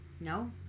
No